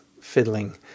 fiddling